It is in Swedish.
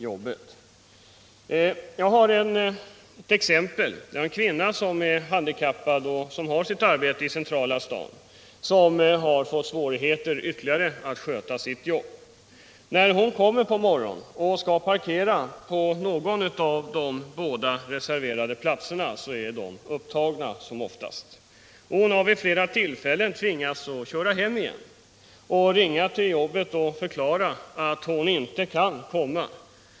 Jag kan ge ett exempel: En kvinna som är handikappad och som har sitt arbete i centrala staden har fått ytterligare svårigheter att sköta sitt jobb efter tingsrättens utslag. När hon kommer på morgonen och skall parkera på någon av de båda reserverade platserna är de oftast upptagna. Hon har vid flera tillfällen tvingats köra hem igen och ringa till jobbet och förklara att hon inte kan komma.